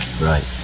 right